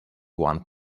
one